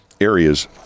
areas